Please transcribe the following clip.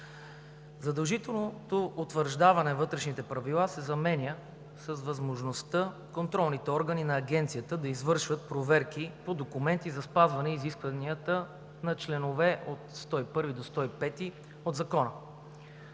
Задължителното утвърждаване на вътрешните правила се заменя с възможността контролните органи на Агенцията да извършват проверки по документи за спазване изискванията на членове от 101 до 105 от Закона.